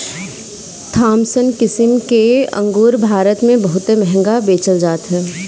Thompson किसिम के अंगूर भारत में बहुते महंग बेचल जात हअ